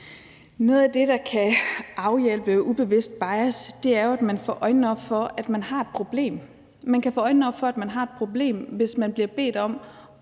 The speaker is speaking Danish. Noget af det, der kan afhjælpe ubevidst bias, er jo, at man får øjnene op for, at man har et problem. Man kan få øjnene op for, at man har et problem, hvis man bliver bedt om